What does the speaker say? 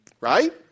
right